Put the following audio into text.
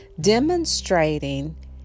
Demonstrating